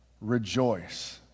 rejoice